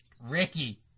ricky